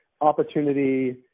opportunity